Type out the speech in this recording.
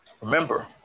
Remember